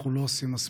אנחנו לא עושים מספיק.